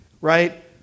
right